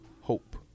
hope